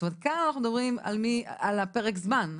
זאת אומרת, כאן אנחנו מדברים על פרק הזמן.